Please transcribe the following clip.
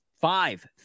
five